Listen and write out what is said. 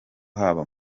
haba